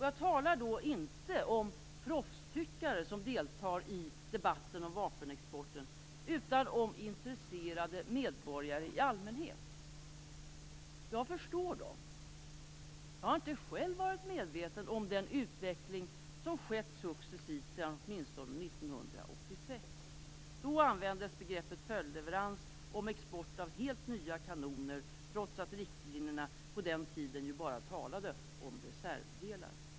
Jag talar då inte om proffstyckare som deltar i debatten om vapenexporten utan om intresserade medborgare i allmänhet. Jag förstår dem. Jag har själv inte varit medveten om den utveckling som skett successivt sedan åtminstone 1986. Då användes begreppet följdleverans när det gällde export av helt nya kanoner, trots att riktlinjerna på den tiden ju bara talade om reservdelar.